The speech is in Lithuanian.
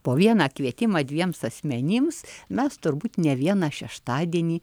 po vieną kvietimą dviems asmenims mes turbūt ne vieną šeštadienį